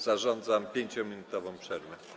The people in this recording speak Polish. Zarządzam 5-minutową przerwę.